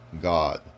God